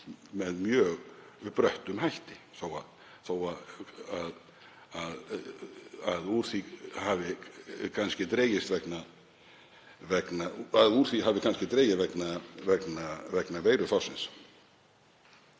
með mjög bröttum hætti þó að úr því hafi kannski dregið vegna veirufársins.